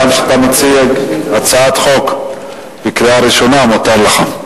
גם כשאתה מציג הצעת חוק לקריאה ראשונה, מותר לך.